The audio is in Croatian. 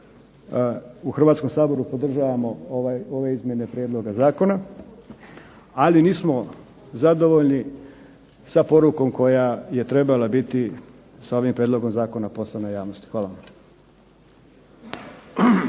u Hrvatskom saboru podržavamo ove izmjene Prijedloga zakona, ali nismo zadovoljni sa porukom koja je trebala biti sa izmjenom ovoga Zakona poslana javnosti. Hvala.